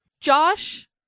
Josh